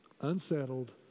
unsettled